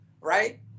right